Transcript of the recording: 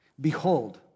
Behold